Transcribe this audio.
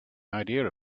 idea